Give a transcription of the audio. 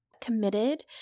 committed